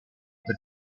per